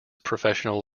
professional